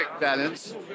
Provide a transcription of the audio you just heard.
balance